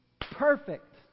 perfect